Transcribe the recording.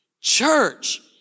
Church